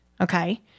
Okay